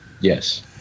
Yes